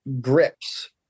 grips